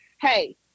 Hey